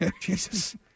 Jesus